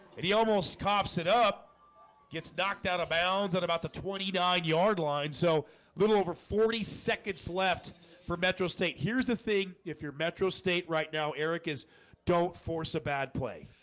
he almost cops it up gets knocked out of bounds at about the twenty nine yard line. so little over forty seconds left for metro state here's the thing. if you're metro state right now eric is don't force a bad play,